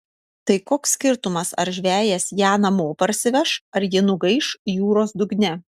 tai koks skirtumas ar žvejas ją namo parsiveš ar ji nugaiš jūros dugne